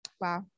Wow